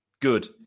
Good